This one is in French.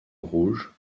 rouge